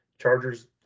Chargers